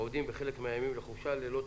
עובדים בחלק מהימים לחופשה ללא תשלום,